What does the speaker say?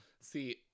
See